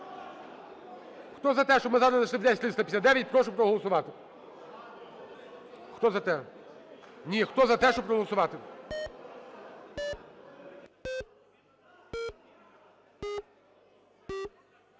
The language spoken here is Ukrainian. Хто за те, щоб ми зараз зайшли в 10359, прошу проголосувати. Хто за те… Ні, хто за те, щоб проголосувати.